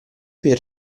per